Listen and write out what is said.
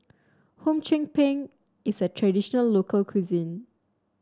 Hum Chim Peng is a traditional local cuisine